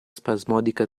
spasmodica